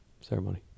ceremony